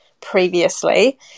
previously